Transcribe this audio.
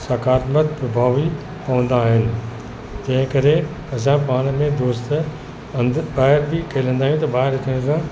सकारत्मक प्रभावी पवंदा आहिनि तंहिं करे असां पाण में दोस्त अंद ॿाहिरि बि खेलंदा आहियूं त ॿाहिरि अचण सां